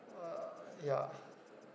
uh ya